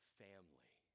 family